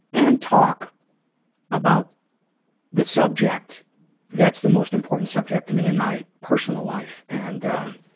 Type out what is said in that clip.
and talk about the subject that's the most important subject to me in my personal life and